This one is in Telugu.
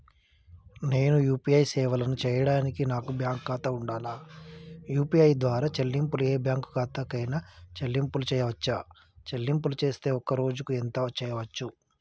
నేను యూ.పీ.ఐ సేవలను చేయడానికి నాకు బ్యాంక్ ఖాతా ఉండాలా? యూ.పీ.ఐ ద్వారా చెల్లింపులు ఏ బ్యాంక్ ఖాతా కైనా చెల్లింపులు చేయవచ్చా? చెల్లింపులు చేస్తే ఒక్క రోజుకు ఎంత చేయవచ్చు?